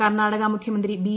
കർണാടക മുഖ്യമന്ത്രി ബി